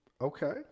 Okay